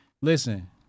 listen